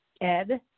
Ed